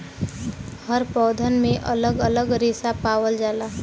हर पौधन में अलग अलग रेसा पावल जाला